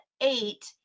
eight